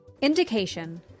Indication